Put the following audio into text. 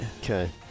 Okay